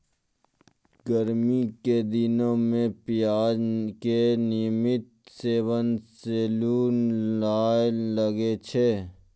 गर्मी के दिनों मॅ प्याज के नियमित सेवन सॅ लू नाय लागै छै